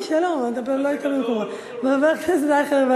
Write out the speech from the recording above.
נמצא, למה לא נמצא?